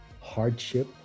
hardship